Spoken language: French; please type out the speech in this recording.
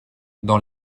dans